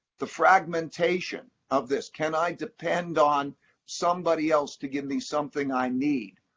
the fragmentation of this, can i depend on somebody else to give me something i need?